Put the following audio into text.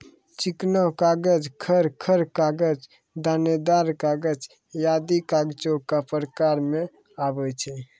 चिकना कागज, खर खर कागज, दानेदार कागज आदि कागजो क प्रकार म आवै छै